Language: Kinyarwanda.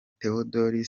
tewodori